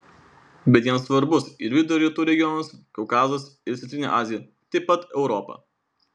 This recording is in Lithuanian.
bet jiems svarbus ir vidurio rytų regionas kaukazas ir centrinė azija taip pat europa